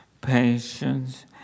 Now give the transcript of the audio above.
patience